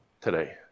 today